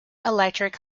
electric